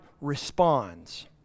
responds